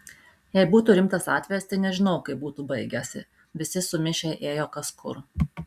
jei būtų rimtas atvejis tai nežinau kaip būtų baigęsi visi sumišę ėjo kas kur